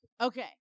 okay